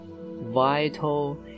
vital